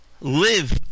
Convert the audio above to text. live